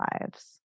lives